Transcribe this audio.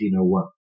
1901